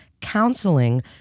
counseling